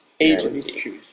Agency